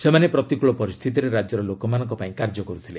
ସେମାନେ ପ୍ରତିକୃଳ ପରିସ୍ଥିତିରେ ରାଜ୍ୟର ଲୋକମାନଙ୍କ ପାଇଁ କାର୍ଯ୍ୟ କରୁଥିଲେ